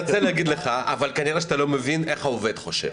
אני מצטער לומר זאת: כנראה שאתה לא מבין איך העובד חושב.